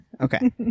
Okay